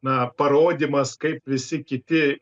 na parodymas kaip visi kiti